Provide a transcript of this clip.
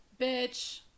bitch